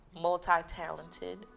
Multi-talented